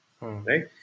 right